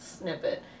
snippet